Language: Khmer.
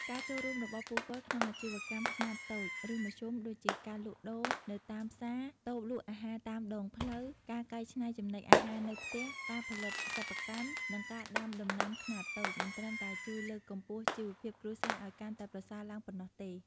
ការចូលរួមរបស់ពួកគាត់ក្នុងអាជីវកម្មខ្នាតតូច ឬមធ្យម ដូចជា ការលក់ដូរនៅតាមផ្សារ តូបលក់អាហារតាមដងផ្លូវ ការកែច្នៃចំណីអាហារនៅផ្ទះ ការផលិតសិប្បកម្ម និងការដាំដំណាំខ្នាតតូច មិនត្រឹមតែជួយលើកកម្ពស់ជីវភាពគ្រួសារឱ្យកាន់តែប្រសើរឡើងប៉ុណ្ណោះទេ។